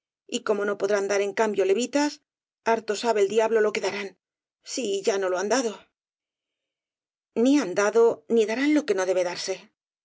y como no podrán dar en cambio levitas harto sabe el diablo lo que darán si ya no lo han dado ni han dado ni darán lo que no debe darse